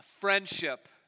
friendship